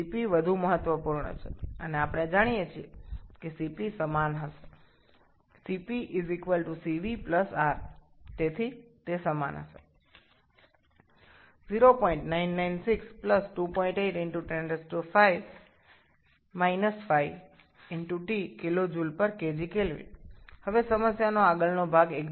সুতরাং Cp আরও গুরুত্বপূর্ণ এবং আমরা জানি Cp সমান হবে Cp Cv R সুতরাং এটি সমান হবে 0996 28 × 10−5 𝑇 𝑘𝐽𝑘𝑔𝐾 এখন অংকটির পরের অংশটি খুব সহজআবার বায়ু জ্বালানীর অনুপাত হিসাবে ২৯ দেওয়া হয়